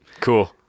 Cool